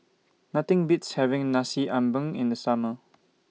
Nothing Beats having Nasi Ambeng in The Summer